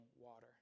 water